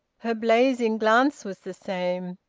her blazing glance was the same.